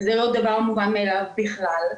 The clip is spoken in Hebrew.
וזה לא דבר מובן מאליו בכלל.